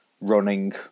running